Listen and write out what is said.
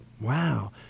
Wow